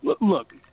look